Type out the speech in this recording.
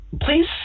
Please